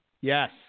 Yes